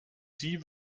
sie